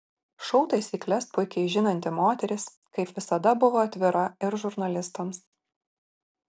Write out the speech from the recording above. šou taisykles puikiai žinanti moteris kaip visada buvo atvira ir žurnalistams